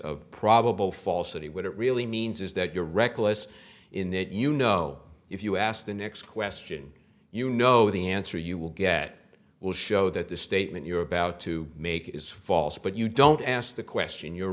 of probable falsity when it really means is that you're reckless in that you know if you ask the next question you know the answer you will get will show that the statement you're about to make is false but you don't ask the question you